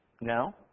No